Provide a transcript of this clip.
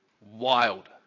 Wild